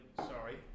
sorry